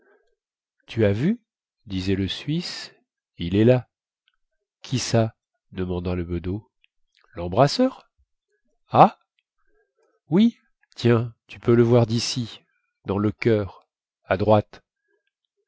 tu as vu disait le suisse il est là qui ça demanda le bedeau lembrasseur ah oui tiens tu peux le voir dici dans le choeur à droite